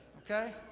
okay